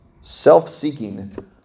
Self-seeking